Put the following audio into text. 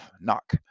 Knock